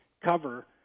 cover